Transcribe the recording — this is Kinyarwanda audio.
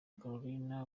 caroline